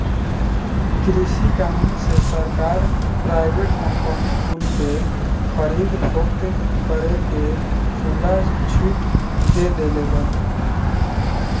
कृषि कानून से सरकार प्राइवेट कंपनी कुल के खरीद फोक्त करे के खुला छुट दे देले बा